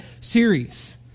series